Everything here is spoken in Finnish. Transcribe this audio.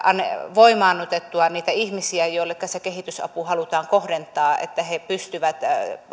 voimaannutettua niitä ihmisiä joilleka se kehitysapu halutaan kohdentaa että he pystyvät